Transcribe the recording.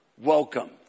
welcome